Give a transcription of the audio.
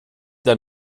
der